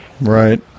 Right